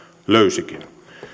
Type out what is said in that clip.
löysikin